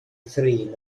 thrin